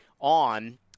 on